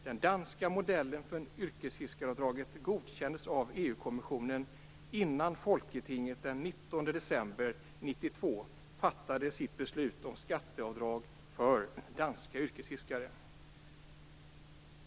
Den danska modellen för yrkesfiskaravdraget godkändes av EU-kommissionen innan Folketinget den 19 december 1992 fattade sitt beslut om skatteavdrag för danska yrkesfiskare.